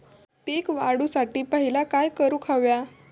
पीक वाढवुसाठी पहिला काय करूक हव्या?